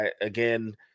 again